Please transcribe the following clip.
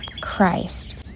Christ